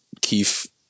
Keith